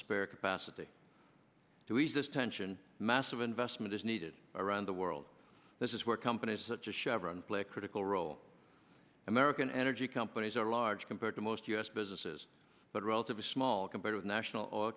spare capacity to ease this tension massive investment is needed around the world this is where companies such as chevron play a critical role american energy companies are large compared to most u s businesses but relatively small compared with national o